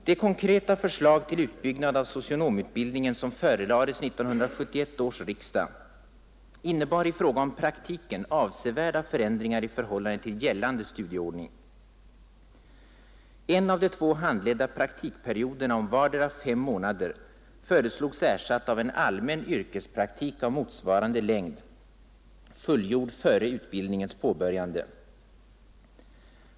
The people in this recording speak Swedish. Det konkreta förslag till utbyggnad av socionomutbildningen som förelades 1971 års riksdag innebar i fråga om praktiken avsevärda förändringar i förhållande till gällande studieordning. En av de två handledda praktikperioderna om vardera fem månader föreslogs ersatt av en allmän yrkespraktik av motsvarande längd, fullgjord före utbildningens påbörjande.